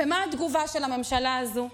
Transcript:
ומה התגובה של הממשלה הזו?